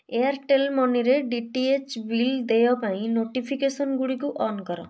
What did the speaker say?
Airtel ମନିରେ D T H bill ଦେୟ ପାଇଁ ନୋଟିଫିକେସନ୍ ଗୁଡ଼ିକୁ ଅନ୍ କର